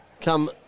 come